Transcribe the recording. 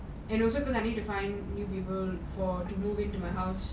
and also because I need to find new people for the move into my house